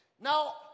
now